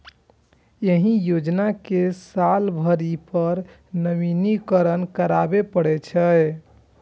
एहि योजना कें साल भरि पर नवीनीकरण कराबै पड़ै छै